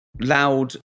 loud